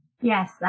Yes